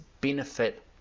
benefit